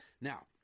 Now